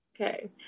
Okay